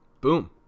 Boom